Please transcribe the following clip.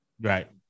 Right